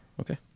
okay